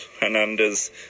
Hernandez